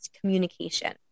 communication